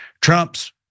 Trump's